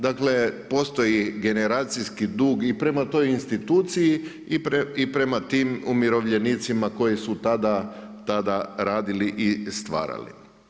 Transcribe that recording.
Dakle, postoji generacijski dug i prema toj instituciji i prema tim umirovljenicima koji su tada radili i stvarali.